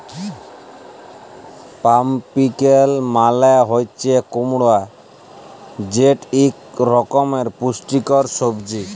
pumpkin মালে হছে কুমড়া যেট ইক রকমের পুষ্টিকর সবজি